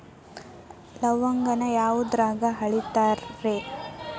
ಲವಂಗಾನ ಯಾವುದ್ರಾಗ ಅಳಿತಾರ್ ರೇ?